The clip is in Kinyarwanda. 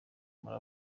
muri